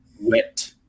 wet